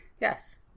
Yes